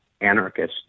anarchist